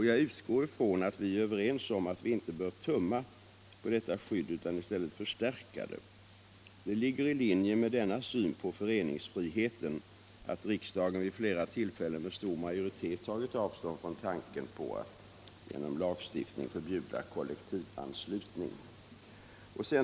Jag utgår ifrån att vi är överens om att inte tumma på detta skydd, utan i stället förstärka det. Det ligger i linje med denna syn på föreningsfriheten att riksdagen vid flera tillfällen med stor majoritet tagit avstånd från tanken på att genom lagstiftning förbjuda kollektivanslutning.